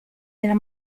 della